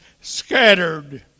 scattered